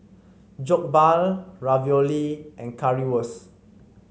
Jokbal Ravioli and Currywurst